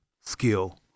skill